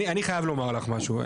אני חייב לומר לך משהו,